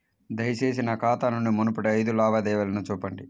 దయచేసి నా ఖాతా నుండి మునుపటి ఐదు లావాదేవీలను చూపండి